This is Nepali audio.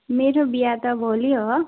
मेरो बिहा त भोलि हो